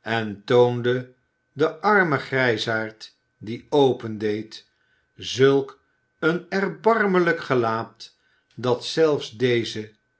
en toonde den armen grijsaard die opendeed zulk een erbarmelijk gelaat dat zelfs deze